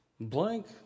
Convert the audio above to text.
Blank